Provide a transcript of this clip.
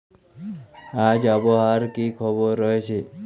আজ আবহাওয়ার কি খবর রয়েছে?